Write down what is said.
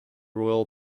royal